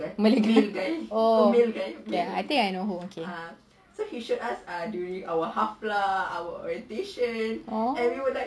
malay guy oh ya I think I know her okay oh